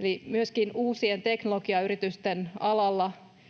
Eli myöskin uusien teknologiayritysten alalla,